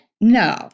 No